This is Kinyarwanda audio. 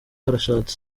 barashatse